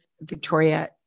Victoria